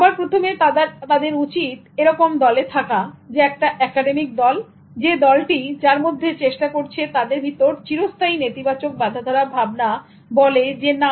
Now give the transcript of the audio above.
সবার প্রথমে তাদের উচিত এরকম দলে থাকা একটা একাডেমিক দল যে দলটি যার মধ্যে চেষ্টা করেছে তাদের ভিতরের এই চিরস্থায়ী নেতিবাচক বাঁধাধরা ভাবনা যেটা বলে যে না